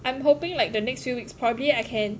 I am hoping like the next few weeks probably I can